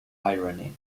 irony